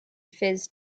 fizz